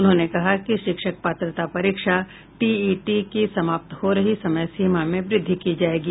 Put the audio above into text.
उन्होंने कहा कि शिक्षक पात्रता परीक्षा टीईटी की समाप्त हो रही समयसीमा में व्रद्धि की जायेगी